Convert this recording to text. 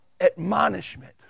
admonishment